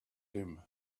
him